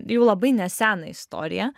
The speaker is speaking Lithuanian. jau labai neseną istoriją